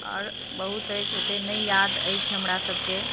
आओर बहुत अछि ओत्तेक नहि याद अछि हमरासभके